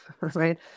right